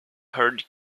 herd